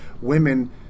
women